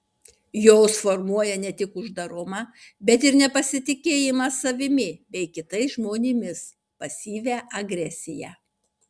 jos formuoja ne tik uždarumą bet ir nepasitikėjimą savimi bei kitais žmonėmis pasyvią agresiją